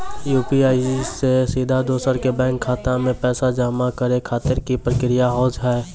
UPI से सीधा दोसर के बैंक खाता मे पैसा जमा करे खातिर की प्रक्रिया हाव हाय?